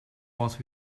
was